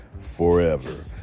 forever